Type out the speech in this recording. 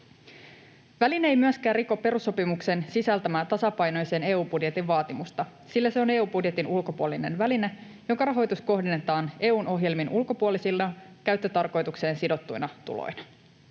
Väline ei myöskään riko perussopimuksen sisältämää tasapainoisen EU-budjetin vaatimusta, sillä se on EU:n budjetin ulkopuolinen väline, jonka rahoitus kohdennetaan EU:n ohjelmiin ulkopuolisina, käyttötarkoitukseen sidottuina tuloina.